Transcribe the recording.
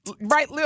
right